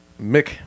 Mick –